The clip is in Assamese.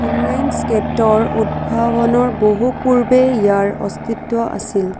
ইনলাইন স্কেটৰ উদ্ভাৱনৰ বহু পূৰ্বে ইয়াৰ অস্তিত্ব আছিল